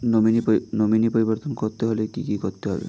Nominee পরিবর্তন করতে হলে কী করতে হবে?